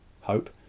Hope